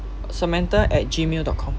samantha at gmail dot com